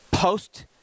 Post